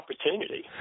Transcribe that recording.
opportunity